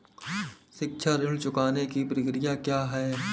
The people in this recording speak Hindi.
शिक्षा ऋण चुकाने की प्रक्रिया क्या है?